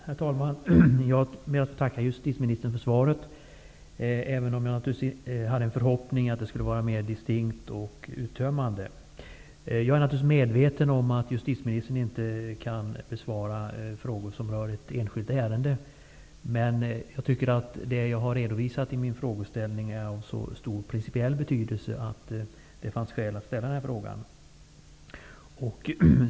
Herr talman! Jag ber att få tacka justitieministern för svaret, även om jag hade en förhoppning att det skulle vara mer distinkt och uttömmande. Jag är medveten om att justitieministern inte kan besvara frågor som rör ett enskilt ärende. Men jag tycker att det jag har redovisat i min frågeställning är av så stor principiell betydelse att det fanns skäl att ställa frågan.